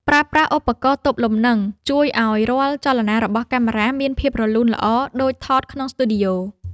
ប្រើប្រាស់ឧបករណ៍ទប់លំនឹងជួយឱ្យរាល់ចលនារបស់កាមេរ៉ាមានភាពរលូនល្អដូចថតក្នុងស្ទូឌីយោ។